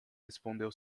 respondeu